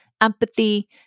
empathy